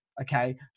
Okay